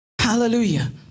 Hallelujah